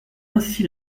ainsi